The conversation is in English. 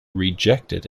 rejected